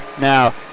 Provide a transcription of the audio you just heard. now